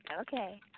Okay